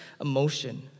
emotion